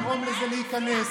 אנחנו נגרום ליתר העם,